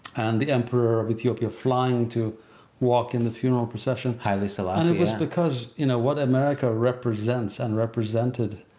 and the emperor of ethiopia flying to walk in the funeral procession. haile selassie, yeah. it was because you know what america represents and represented,